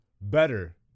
better